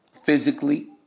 physically